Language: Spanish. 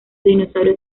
dinosaurios